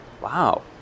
Wow